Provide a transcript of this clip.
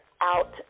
out